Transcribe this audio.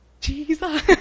Jesus